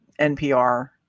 NPR